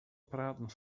praten